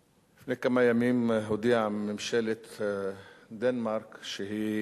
לפני כמה ימים הודיעה ממשלת דנמרק שהיא